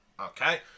Okay